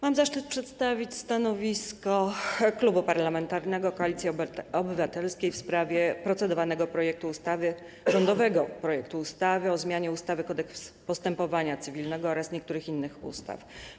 Mam zaszczyt przedstawić stanowisko Klubu Parlamentarnego Koalicja Obywatelska w sprawie procedowanego rządowego projektu ustawy o zmianie ustawy Kodeks postępowania cywilnego oraz niektórych innych ustaw.